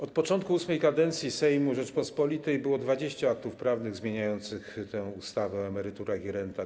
Od początku VIII kadencji Sejmu Rzeczypospolitej było 20 aktów prawnych zmieniających tę ustawę o emeryturach i rentach.